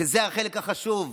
שזה החלק החשוב.